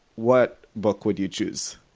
what book would you choose?